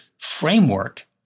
framework